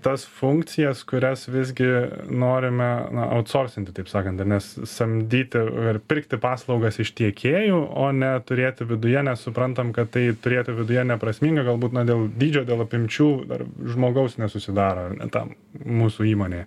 tas funkcijas kurias visgi norime na autsortinti taip sakant nes samdyti ar pirkti paslaugas iš tiekėjų o ne turėti viduje nes suprantam kad tai turėti viduje neprasminga galbūt dėl dydžio dėl apimčių dar žmogaus nesusidaro tam mūsų įmonėje